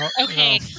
okay